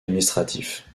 administratif